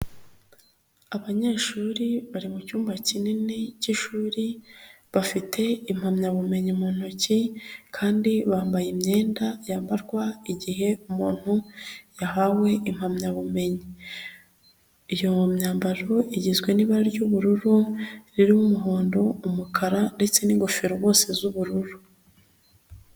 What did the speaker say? Abanyeshuri bari mucyumba kinini cy'ishuri ,bafite impamyabumenyi mu ntoki ,kandi bambaye imyenda yambarwa igihe umuntu yahawe impamyabumenyi ,Iyo myambaro igizwe n'ibara ry'ubururu, ririmo umuhondo, umukara, ndetse n'ingofero bose z'ubururu.